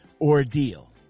ordeal